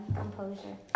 composure